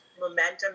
momentum